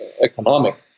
Economic